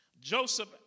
Joseph